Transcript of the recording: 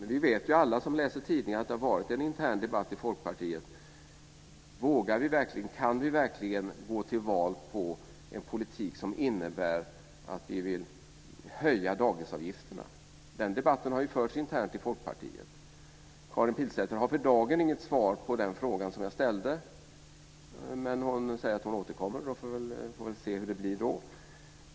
Alla vi som läser tidningar vet ju att det har varit en intern debatt i Folkpartiet: Vågar och kan vi verkligen gå till val på en politik som innebär att vi vill höja dagisavgifterna? Den debatten har ju förts internt i Folkpartiet. Karin Pilsäter har för dagen inget svar på den fråga som jag ställde, men hon säger att hon återkommer. Vi får väl se hur det blir då.